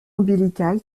ombilical